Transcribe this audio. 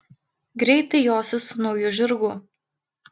greitai josi su nauju žirgu